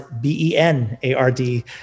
B-E-N-A-R-D